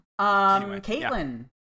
caitlin